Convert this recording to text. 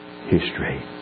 history